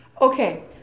Okay